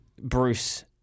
Bruce